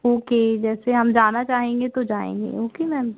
okay जैसे हम जाना चाहेंगे तो जाएँगे ओके मैम